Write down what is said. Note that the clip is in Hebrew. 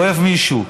הוא אוהב מישהו.